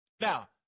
Now